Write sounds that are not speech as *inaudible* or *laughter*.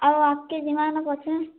ଆଉ ଆଗ୍କେ ଯିବା *unintelligible*